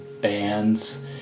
bands